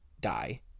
die